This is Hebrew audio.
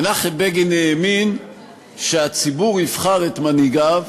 מנחם בגין האמין שהציבור יבחר את מנהיגיו,